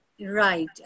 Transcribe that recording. Right